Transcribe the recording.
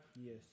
Yes